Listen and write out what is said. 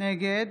נגד